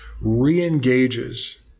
re-engages